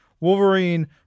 Wolverine